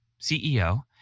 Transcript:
CEO